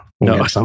No